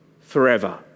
forever